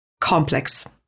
complex